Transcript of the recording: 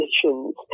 conditions